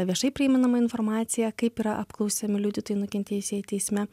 viešai prieinama informacija kaip yra apklausiami liudytojai nukentėjusieji teisme